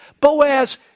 Boaz